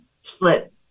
split